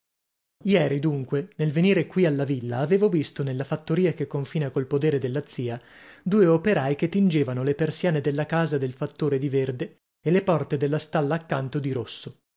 ieri dunque nel venire qui alla villa avevo visto nella fattoria che confina col podere della zia due operai che tingevano le persiane della casa del fattore di verde e le porte della stalla accanto di rosso